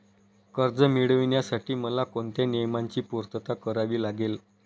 कर्ज मिळविण्यासाठी मला कोणत्या नियमांची पूर्तता करावी लागेल?